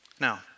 Now